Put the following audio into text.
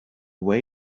way